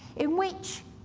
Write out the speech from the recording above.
in which,